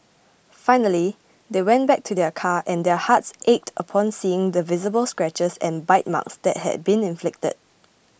finally they went back to their car and their hearts ached upon seeing the visible scratches and bite marks that had been inflicted